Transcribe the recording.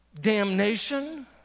damnation